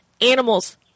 Animals